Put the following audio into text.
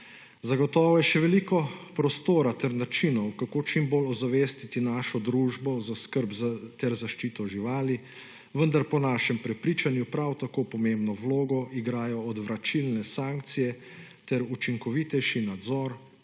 Zagotovo je še veliko prostora ter načinov kako čim bolj ozavestiti našo družbo za skrb ter zaščito živali, vendar po našem prepričanju prav tako pomembno vlogo igrajo odvračilne sankcije ter učinkovitejši nadzor